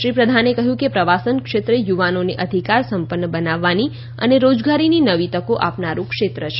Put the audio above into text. શ્રી પ્રધાને કહ્યું કે પ્રવાસન ક્ષેત્રે યુવાનોને અધિકાર સમપન્ન બનાવવાની અને રોજગારીની નવી તકો આપનારું ક્ષેત્રે છે